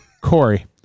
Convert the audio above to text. Corey